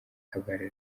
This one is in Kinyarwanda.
ihabara